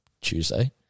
Tuesday